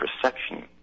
perception